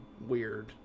weird